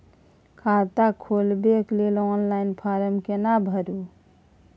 खाता खोलबेके लेल ऑनलाइन फारम केना भरु?